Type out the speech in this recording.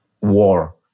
war